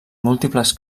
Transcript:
múltiples